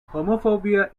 homophobia